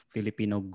Filipino